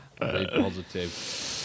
positive